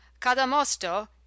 cadamosto